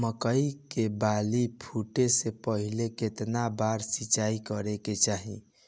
मकई के बाली फूटे से पहिले केतना बार सिंचाई करे के चाही?